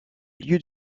lieux